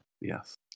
Yes